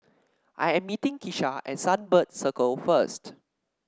I am meeting Kisha at Sunbird Circle first